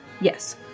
Yes